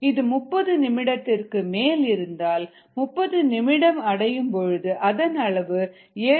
இது 30 நிமிடத்திற்கு மேல் இருந்தால் 30 நிமிடம் அடையும்பொழுது அதன் அளவு 7